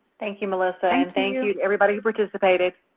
thank you, melissa, and thank you to everybody who participated.